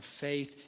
faith